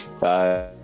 Bye